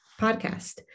podcast